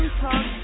Talk